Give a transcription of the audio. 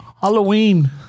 Halloween